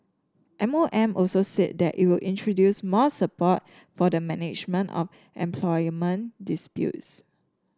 M O M also said that it will introduce more support for the management of employment disputes